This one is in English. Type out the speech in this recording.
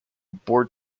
board